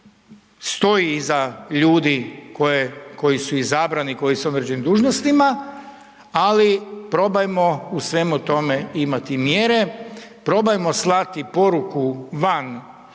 stoji iza ljudi koji su izabrani, koji su na određenim dužnostima, ali probajmo u svemu tome imati mjere, probajmo slati poruku van